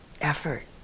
effort